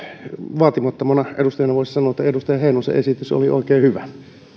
vaatimattomana edustajana voisi sanoa että edustaja heinosen esitys oli oikein hyvä